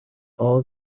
all